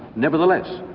nevertheless,